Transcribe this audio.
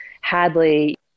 Hadley